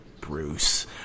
Bruce